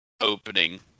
opening